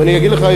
אם אני אגיד לך,